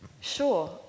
Sure